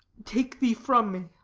take thee from